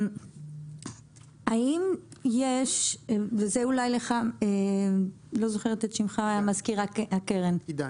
זה אולי מופנה למזכיר הקרן, עידן